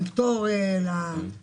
עם פטור למשתמשים,